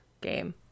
game